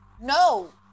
No